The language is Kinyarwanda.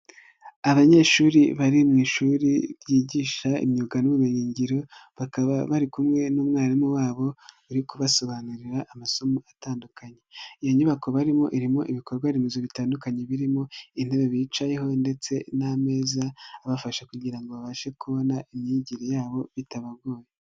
Abanyeshuri bari mu ishuri ryigisha imyuga n'ubumenyingiro bakaba bari kumwe n'umwarimu wabo bari kubasobanurira amasomo atandukanye, iyo nyubako barimo irimo ibikorwa remezo bitandukanye birimo intebe bicayeho ndetse n'ameza abafasha kugira ngo babashe kubona imyigire yabo bitabagoye.